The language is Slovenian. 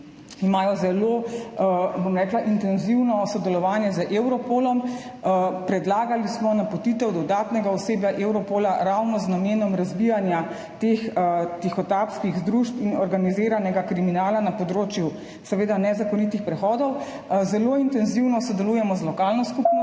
na državni meji. Intenzivno sodelujejo tudi z Europolom. Predlagali smo napotitev dodatnega osebja Europola ravno z namenom razbijanja teh tihotapskih združb in organiziranega kriminala na področju nezakonitih prehodov. Zelo intenzivno sodelujemo z lokalno skupnostjo.